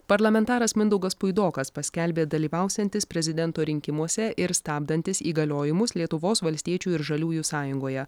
parlamentaras mindaugas puidokas paskelbė dalyvausiantis prezidento rinkimuose ir stabdantis įgaliojimus lietuvos valstiečių ir žaliųjų sąjungoje